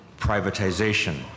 privatization